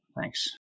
thanks